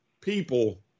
people